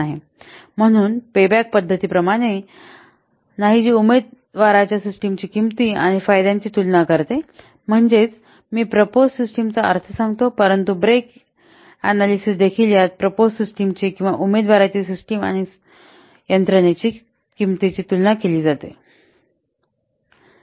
म्हणून पेबॅक पद्धतीप्रमाणे नाही जी उमेदवाराच्या सिस्टमच्या किंमती आणि फायद्यांची तुलना करते म्हणजे मी प्रपोज सिस्टमचा अर्थ सांगतो परंतु ब्रेक इनालिसिस देखील यात प्रपोज सिस्टमची किंवा उमेदवाराची सिस्टम आणि सद्य यंत्रणेच्या किंमतीची तुलना केली जाते